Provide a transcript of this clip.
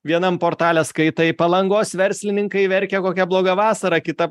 vienam portale skaitai palangos verslininkai verkia kokia bloga vasara kita